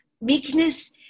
Meekness